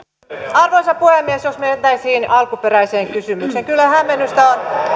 arvoisa puhemies jos mentäisiin alkuperäiseen kysymykseen kyllä hämmennystä